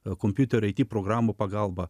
o kompiuterio eiti programų pagalba